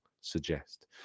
suggest